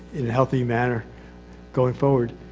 in a healthy manner going forward.